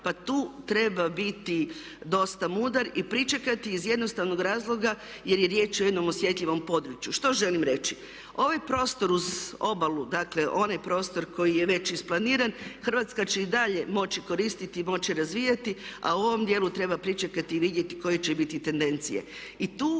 pa tu treba biti dosta mudar i pričekati iz jednostavnog razloga jer je riječ o jednom osjetljivom području. Što želim reći? Ovaj prostor uz obalu, dakle onaj prostor koji je već isplaniran, Hrvatska će i dalje moći koristiti i moći razvijati a u ovom dijelu treba pričekati i vidjeti koje će biti tendencije. I tu